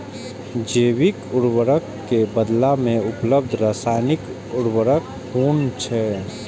जैविक उर्वरक के बदला में उपलब्ध रासायानिक उर्वरक कुन छै?